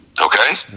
Okay